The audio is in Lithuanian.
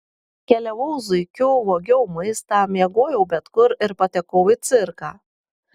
keliavau zuikiu vogiau maistą miegojau bet kur ir patekau į cirką